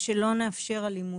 ושלא נאפשר אלימות.